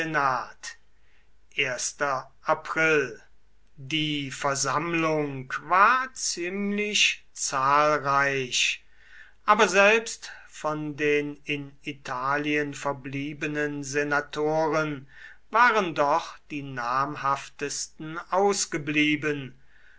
die versammlung war ziemlich zahlreich aber selbst von den in italien verbliebenen senatoren waren doch die namhaftesten ausgeblieben